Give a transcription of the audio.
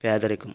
పేదరికం